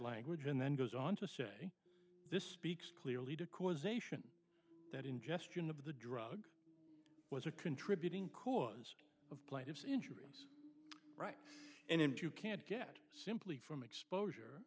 language and then goes on to say this speaks clearly to causation that ingestion of the drug was a contributing cause of plaintiff's injuries right and you can't get simply from exposure